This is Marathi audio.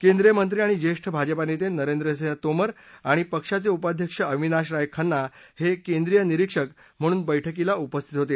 केंद्रीय मंत्री आणि ज्येष्ठ भाजपा नेते नरेंद्र सिंह तोमर आणि पक्षाचे उपाध्यक्ष अविनाश राय खन्ना हे केंद्रीय निरीक्षक म्हणून बछ्कीला उपस्थित होते